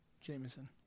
Jameson